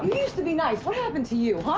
used to be nice. what happened to you?